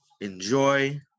enjoy